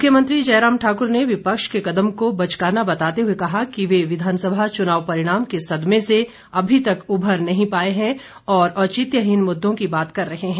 मुख्यमंत्री जयराम ठाकुर ने विपक्ष के कदम को बचकाना बताते हुए कहा कि वे विधानसभा चुनाव परिणाम के सदमे से अभी तक उभर नहीं पाए हैं और औचित्यहीन मुद्दों की बात कर रहे हैं